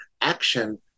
action